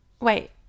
Wait